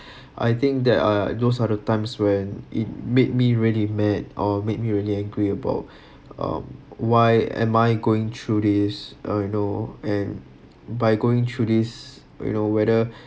I think that are those are the times when it made me ready mad or made me really angry about um why am I going through this or you know and by going through this you know whether